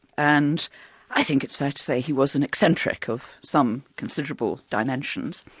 and i think it's fair to say he was an eccentric of some considerable dimensions.